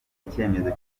icyemezo